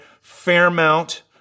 Fairmount